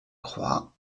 croix